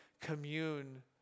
commune